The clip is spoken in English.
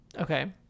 Okay